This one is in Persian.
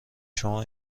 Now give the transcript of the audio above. شما